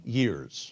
years